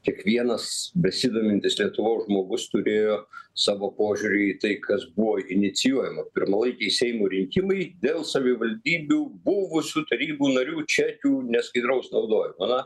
kiekvienas besidomintis lietuvos žmogus turėjo savo požiūrį į tai kas buvo inicijuojama pirmalaikiai seimo rinkimai dėl savivaldybių buvusių tarybų narių čekių neskaidraus naudojimo na